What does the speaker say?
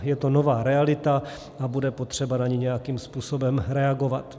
Je to nová realita a bude potřeba na ni nějakým způsobem reagovat.